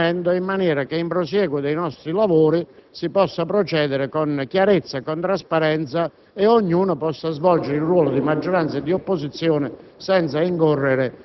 Giunta per il Regolamento in maniera che, nel prosieguo dei nostri lavori, si possa procedere con chiarezza e trasparenza e ognuno possa svolgere il proprio ruolo di maggioranza e di opposizione,